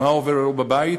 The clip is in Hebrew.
מה עובר בבית,